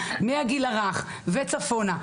מהגיל הרך וצפונה,